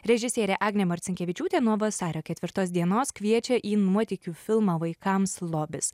režisierė agnė marcinkevičiūtė nuo vasario ketvirtos dienos kviečia į nuotykių filmą vaikams lobis